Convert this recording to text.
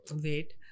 wait